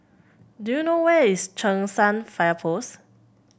do you know where is Cheng San Fire Post